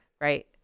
right